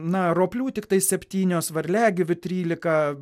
na roplių tiktai septynios varliagyvių trylika